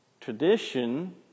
Tradition